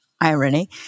irony